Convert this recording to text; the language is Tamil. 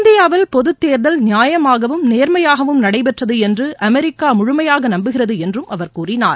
இந்தியாவில் பொதுத்தேர்தல் நியாயமாகவும் நேர்மையாகவும் நடைபெற்றது என்று அமெரிக்கா முழுமையாக நம்புகிறது என்றும் அவர் கூறினார்